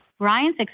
Ryan's